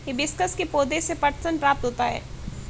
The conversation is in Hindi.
हिबिस्कस के पौधे से पटसन प्राप्त होता है